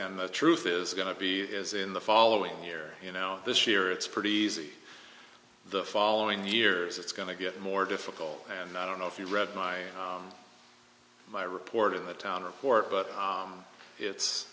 and the truth is going to be is in the following year you know this year it's pretty easy the following years it's going to get more difficult and i don't know if you read my my report of the town report but it's